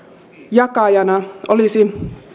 jakajana olisi